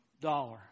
dollar